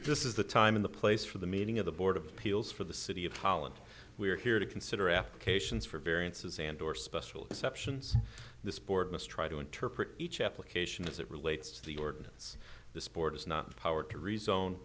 this is the time in the place for the meeting of the board of appeals for the city of tallent we are here to consider applications for variances and or special exceptions this board must try to interpret each application as it relates to the ordinance the sport is not power to re